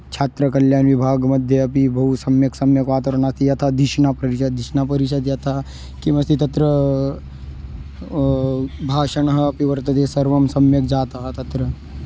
छात्रकल्याणं विभागमध्ये अपि बहु सम्यक् सम्यक् वातावरणमस्ति यथा दिष्णपरिषद् दिष्णपरिषद् यथा किमस्ति तत्र भाषणम् अपि वर्तते सर्वं सम्यक् जातं तत्र